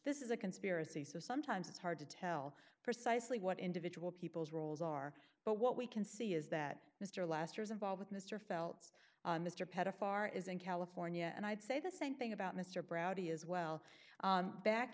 this is a conspiracy so sometimes it's hard to tell precisely what individual people's roles are but what we can see is that mr laster is involve with mr felt's mr pena far is in california and i'd say the same thing about mr brough he is well back